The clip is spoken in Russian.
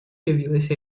явилась